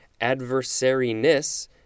Adversariness